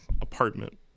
apartment